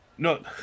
No